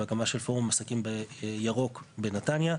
והקמה של פורום עסקים ירוק בנתניה,